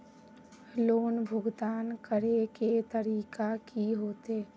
Loan भुगतान करे के तरीका की होते?